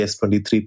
S23